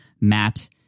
matt